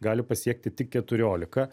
gali pasiekti tik keturiolika